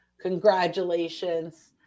congratulations